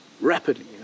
rapidly